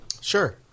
Sure